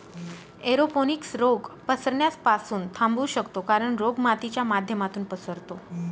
aeroponics रोग पसरण्यास पासून थांबवू शकतो कारण, रोग मातीच्या माध्यमातून पसरतो